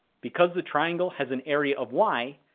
because the triangle has an area of y,